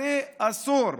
אחרי עשור.